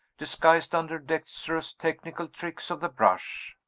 disguised under dexterous technical tricks of the brush.